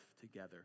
together